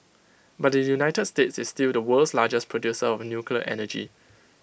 but the united states is still the world's largest producer of nuclear energy